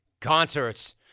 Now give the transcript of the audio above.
Concerts